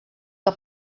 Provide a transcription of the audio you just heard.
que